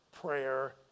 prayer